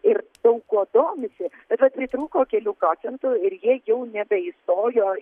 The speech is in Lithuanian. ir daug kuo domisi bet vat pritrūko kelių procentų ir jie jau nebeįstojo